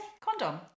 condom